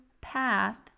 path